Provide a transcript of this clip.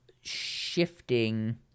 shifting